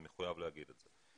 אני מחויב להגיד את זה.